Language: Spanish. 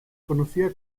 conocía